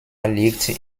liegt